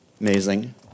Amazing